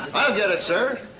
i'll get it, sir.